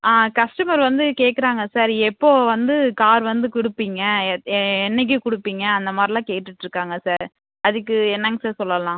customer வந்து கேக்கிறாங்க sir எப்போ வந்து கார் வந்து கொடுப்பீங்க எ என்னைக்கு கொடுப்பீங்க அந்த மாதிரிலாம் கேட்டுகிட்ருக்காங்க சார் அதுக்கு என்னங்க சார் சொல்லலாம்